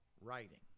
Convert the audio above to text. writing